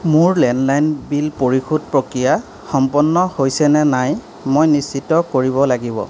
মোৰ landline bill পৰিশোধ প্ৰক্ৰিয়া সম্পন্ন হৈছে নে নাই মই নিশ্চিত কৰিব লাগিব